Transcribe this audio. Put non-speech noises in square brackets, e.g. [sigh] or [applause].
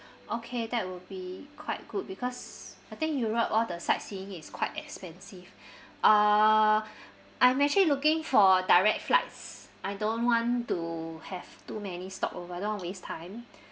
okay that will be quite good because I think europe all the sightseeing is quite expensive [breath] uh [breath] I'm actually looking for direct flights I don't want to have too many stopover don't want to waste time [breath]